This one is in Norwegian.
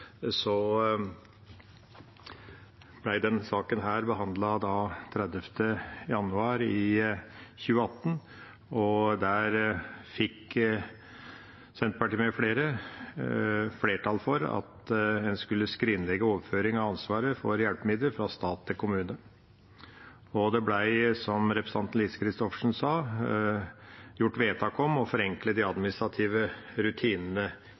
saken behandlet den 30. januar 2018. Der fikk Senterpartiet med flere flertall for at en skulle skrinlegge overføringen av ansvaret for hjelpemidler fra stat til kommune. Det ble, som representanten Lise Christoffersen sa, gjort vedtak om å forenkle de administrative rutinene